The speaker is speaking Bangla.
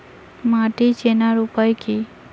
মাটি চেনার উপায় কি?